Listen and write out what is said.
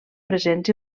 presents